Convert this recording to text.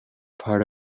part